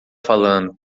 falando